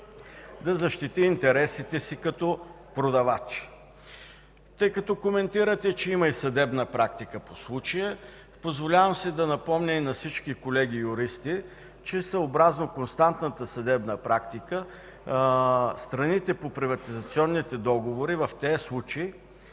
да защити интересите си като продавач. Тъй като коментирате, че има и съдебна практика по случая, позволявам си да напомня на всички колеги юристи, че съобразно константната съдебна практика се приема, че страните по приватизационните договори в тези случаи